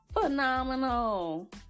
phenomenal